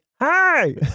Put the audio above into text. Hi